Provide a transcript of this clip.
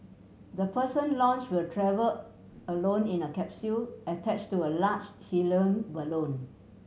the person launch will travel alone in a capsule attach to a large helium balloon